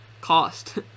cost